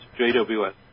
JWS